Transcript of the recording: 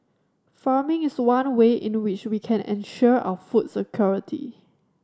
farming is one way in which we can ensure our food security